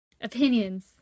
Opinions